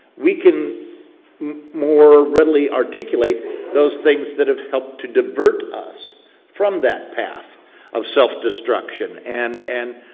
we can more readily articulate those things that have helped to divert us from that path of self-destruction. and and